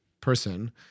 person